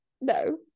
No